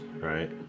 right